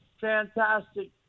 fantastic